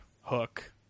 Hook